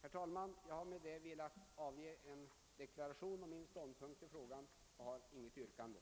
Herr talman! Jag har härmed velat avge en deklaration om min ståndpunkt i frågan men har inget yrkande.